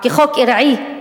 כחוק ארעי,